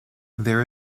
there